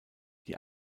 die